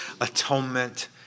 atonement